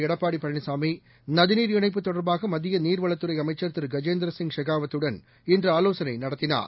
எடப்பாடிபழனிசாமி நதிநீர் இணைப்பு தொடர்பாகமத்தியநீர்வளத்துறைஅமைச்சர் திரு கஜேந்திரசிங் ஷெகாவத் துடன் இன்றுஆலோசனைநடத்தினார்